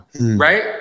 right